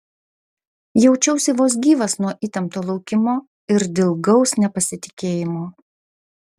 jaučiausi vos gyvas nuo įtempto laukimo ir dilgaus nepasitikėjimo